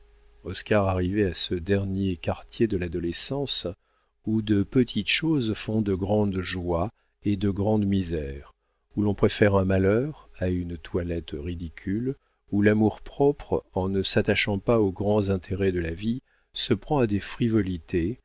oscar arrivait à ce dernier quartier de l'adolescence où de petites choses font de grandes joies et de grandes misères où l'on préfère un malheur à une toilette ridicule où l'amour-propre en ne s'attachant pas aux grands intérêts de la vie se prend à des